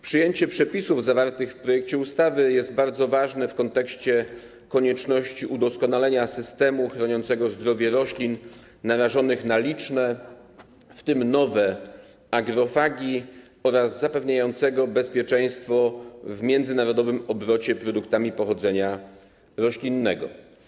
Przyjęcie przepisów zawartych w projekcie ustawy jest bardzo ważne w kontekście konieczności udoskonalenia systemu chroniącego zdrowie roślin narażonych na liczne, w tym nowe, agrofagi oraz zapewniającego bezpieczeństwo w międzynarodowym obrocie produktami pochodzenia roślinnego.